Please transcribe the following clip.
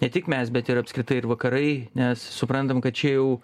ne tik mes bet ir apskritai ir vakarai nes suprantam kad čia jau